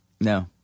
no